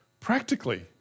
practically